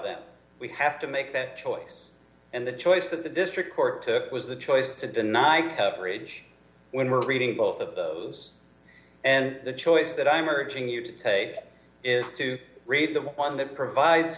that we have to make that choice and the choice that the district court took was the choice to deny coverage when we're reading both of those and the choice that i'm urging you to take is to read the one that provides